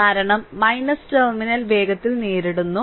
കാരണം ടെർമിനൽ വേഗത്തിൽ നേരിടുന്നു